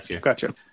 gotcha